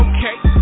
Okay